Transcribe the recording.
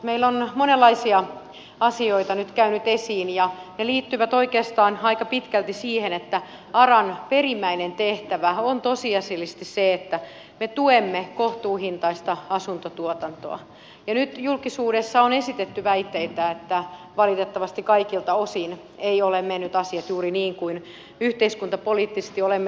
meille on monenlaisia asioita nyt tullut esiin ja ne liittyvät oikeastaan aika pitkälti siihen että aran perimmäinen tehtävä on tosiasiallisesti se että me tuemme kohtuuhintaista asuntotuotantoa ja nyt julkisuudessa on esitetty väitteitä että valitettavasti kaikilta osin eivät ole menneet asiat juuri niin kuin yhteiskuntapoliittisesti olemme linjanneet